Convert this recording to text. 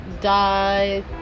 die